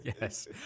Yes